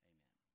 Amen